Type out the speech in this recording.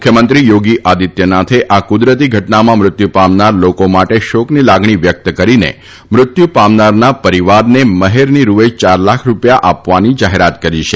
મુખ્યમંત્રી યોગી આદિત્યનાથે આ કુદરતી ઘટનામાં મૃત્યુ પામનાર લોકો માટે શોકની લાગણી વ્યક્ત કરીને મૃત્યુ પામનારના પરિવારને મહેરની રૂએ ચાર લાખ રૂપિયા આપવાની જાહેરાત કરી છે